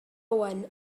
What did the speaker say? owen